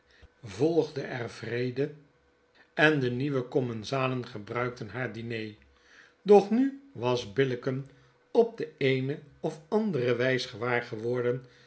volgde er vrede en de nieuwe commensalessen gebruikten haar diner doch nu was billicken op de eene ofandere wys gewaar geworden